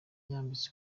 yambitse